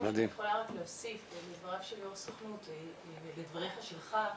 אני יכולה רק להוסיף לדבריו של יושב ראש הסוכנות ולדבריך שלך,